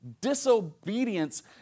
disobedience